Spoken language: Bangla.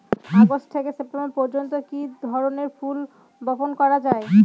আগস্ট থেকে সেপ্টেম্বর পর্যন্ত কি ধরনের ফুল বপন করা যায়?